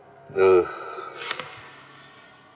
uh